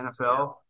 NFL